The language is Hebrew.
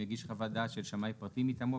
יגיש חוות דעת של שמאי פרטי מטעמו,